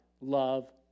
love